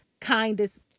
kindest